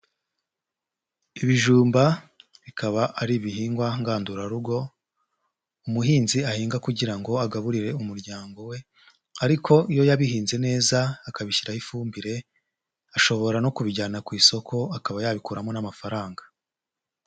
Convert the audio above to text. Ibijumba bikaba ari ibihingwa ngandurarugo, umuhinzi ahinga kugira ngo agaburire umuryango we ariko iyo yabihinze neza akabishyiraho ifumbire ashobora no kubijyana ku isoko akaba yabikuramo n'amafaranga.